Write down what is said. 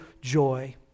joy